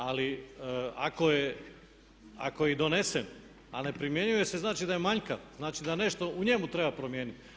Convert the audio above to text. Ali ako je i donesen a ne primjenjuje se znači da je manjkav, znači da nešto u njemu treba promijeniti.